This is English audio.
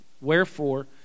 Wherefore